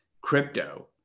crypto